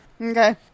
Okay